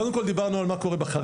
קודם כל, דיברנו על מה קורה בחרדי.